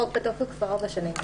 והחוק בתוקף כבר ארבע שנים.